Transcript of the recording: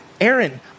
Aaron